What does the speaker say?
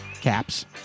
caps